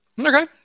Okay